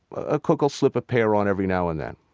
a cook will slip a pair on every now and then,